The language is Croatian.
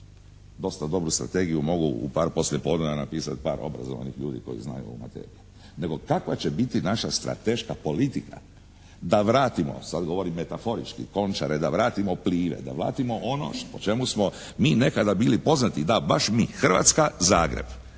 Dosta dobru strategiju mogu u par poslijepodneva napisati par obrazovanih ljudi koji znaju materije, nego kakva će biti naša strateška politika da vratimo, sad govorim metaforički končare da vratimo Plive, da vratimo ono po čemu smo mi nekada bili poznati da baš mi Hrvatska, Zagreb